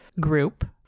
group